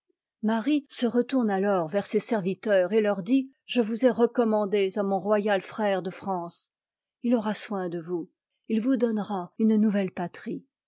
marie se retourne alors vers ses serviteurs et leur dit je vous ai recommandés à mon royal frère de france il aura soin de vous il vous donnera une nouvelle patrie